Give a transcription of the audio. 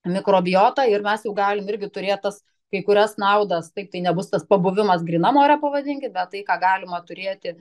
mikrobijotą ir mes jau galim irgi turėt tas kai kurias naudas taip tai nebus tas pabuvimas grynam ore pavadinkim bet tai ką galima turėti